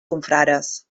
confrares